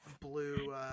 blue